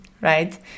right